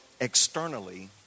externally